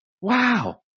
Wow